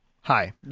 Hi